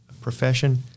profession